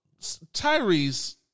Tyrese